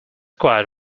quite